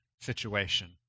situation